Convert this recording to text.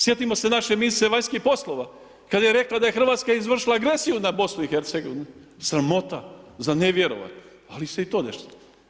Sjetimo se naše ministrice vanjskih poslova, kad je rekla da je Hrvatska izvršila agresiju na BiH, sramota, za ne vjerovat, ali se i to desilo.